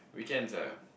weekends ah